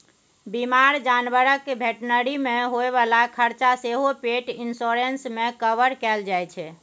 बीमार जानबरक भेटनरी मे होइ बला खरचा सेहो पेट इन्स्योरेन्स मे कवर कएल जाइ छै